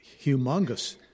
humongous